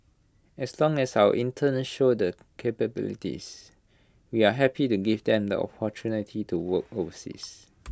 as long as our interns show their capabilities we are happy the give them the opportunity to work overseas